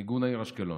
מיגון העיר אשקלון.